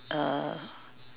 uh